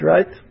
Right